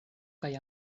kaj